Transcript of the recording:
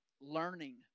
learning